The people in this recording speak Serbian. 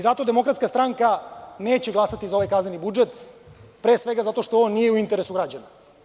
Zato DS neće glasati za ovaj kazneni budžet, pre svega zato što on nije u interesu građana.